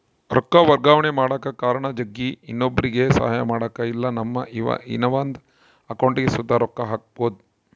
ರೊಕ್ಕ ವರ್ಗಾವಣೆ ಮಾಡಕ ಕಾರಣ ಜಗ್ಗಿ, ಇನ್ನೊಬ್ರುಗೆ ಸಹಾಯ ಮಾಡಕ ಇಲ್ಲಾ ನಮ್ಮ ಇನವಂದ್ ಅಕೌಂಟಿಗ್ ಸುತ ರೊಕ್ಕ ಹಾಕ್ಕ್ಯಬೋದು